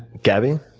gabby?